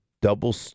Double